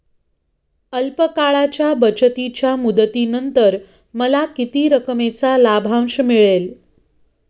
अल्प काळाच्या बचतीच्या मुदतीनंतर मला किती रकमेचा लाभांश मिळेल?